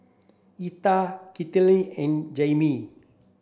Yetta Citlali and Jaimee